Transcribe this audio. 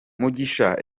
mugisha